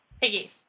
Piggy